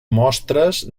mostres